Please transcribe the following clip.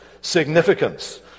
significance